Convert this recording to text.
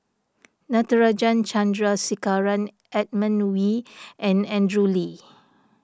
Natarajan Chandrasekaran Edmund Wee and Andrew Lee